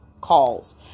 calls